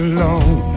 Alone